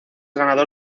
ganador